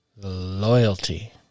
loyalty